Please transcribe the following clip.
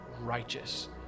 righteous